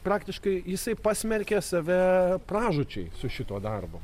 praktiškai jisai pasmerkė save pražūčiai su šituo darbu